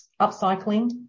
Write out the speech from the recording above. upcycling